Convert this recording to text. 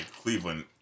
Cleveland